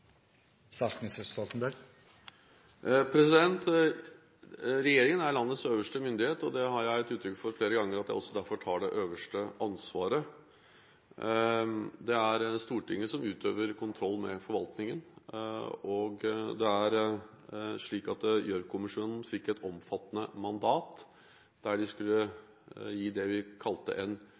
og det har jeg gitt uttrykk for flere ganger ved at jeg derfor tar det øverste ansvaret. Det er Stortinget som utøver kontroll med forvaltningen, og det er slik at Gjørv-kommisjonen fikk et omfattende mandat der de skulle gi det vi kalte en